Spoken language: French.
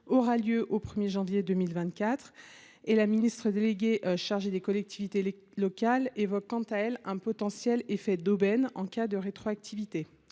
à compter du 1 janvier 2024. La ministre déléguée chargée des collectivités territoriales évoque quant à elle un potentiel « effet d’aubaine » en cas de rétroactivité.